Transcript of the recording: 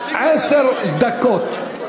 עשר דקות.